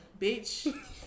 bitch